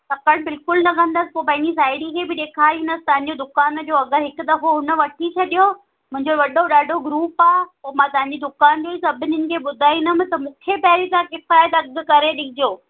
तकड़ि बिल्कुलु न कंदसि पोइ पंहिंजी साहेड़ी खे बि ॾेखारींदसि तव्हां जो दुकान जो अघु हिकु दफ़ो उन वठी छॾियो मुंहिंजो वॾो ॾाढो ग्रूप आहे पोइ मां तव्हां जी दुकान ई सभिनीनि खे ॿुधाईंदमि त मूंखे पहिरीं तव्हां किफ़ायतु अघु करे ॾिजो